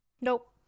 Nope